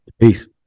Peace